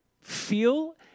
feel